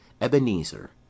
Ebenezer